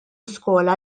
skola